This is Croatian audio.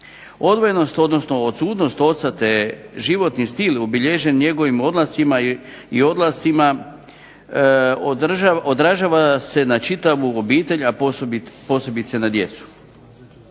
Odvojenost, odnosno odsutnost oca te životni stil obilježen njegovim odlascima odražava se na čitavu obitelj a posebice na djecu.